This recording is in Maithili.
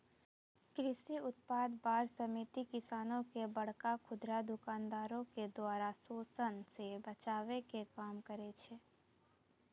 कृषि उत्पाद बार समिति किसानो के बड़का खुदरा दुकानदारो के द्वारा शोषन से बचाबै के काम करै छै